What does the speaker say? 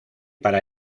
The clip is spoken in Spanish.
para